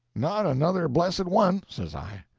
not another blessed one, says i.